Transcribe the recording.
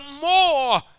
more